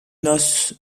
noces